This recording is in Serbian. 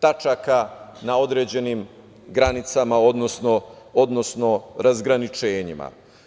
tačaka, na određenim granicama, odnosno razgraničenjima.